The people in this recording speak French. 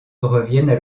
reviennent